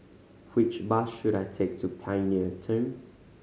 which bus should I take to Pioneer Turn